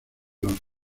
los